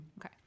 Okay